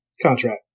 contract